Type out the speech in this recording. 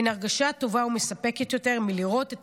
אין הרגשה טובה ומספקת יותר מלראות את